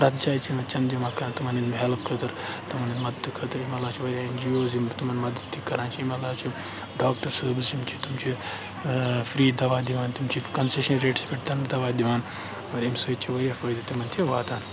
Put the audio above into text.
پرٛتھ جایہِ چھِ یِم چَنٛدٕ یِوان کَران تِمَن ہٕنٛدِ ہٮ۪لٕپ خٲطرٕ تِمَن مَدتہٕ خٲطرٕ اَمہِ علاوٕ چھِ واریاہ این جی اوز یِم تِمَن مَدَت تہِ کَران چھِ اِمہِ علاوٕ چھِ ڈاکٹَر صٲب حظ یِم چھِ تِم چھِ فرٛی دَوا دِوان تِم چھِ کَنسیشَن ریٹَس پٮ۪ٹھ تِنہٕ دَوا دِوان اور اَمہِ سۭتۍ چھِ واریاہ فٲیدٕ تِمَن تہِ واتان